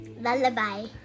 Lullaby